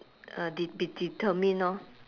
uh de~ be determined lor